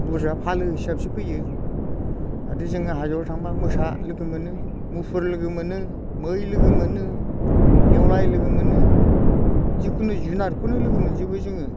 बुरजा फालो हिसाबसो फैयो आरो जोङो हाजोआव थांब्ला मोसा लोगो मोनो मुफुर लोगो मोनो मै लोगो मोनो नेवलाय लोगो मोनो जिखुनु जुनारखौनो लोगो मोनजोबो जोङो